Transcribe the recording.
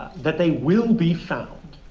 that they will be found,